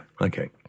Okay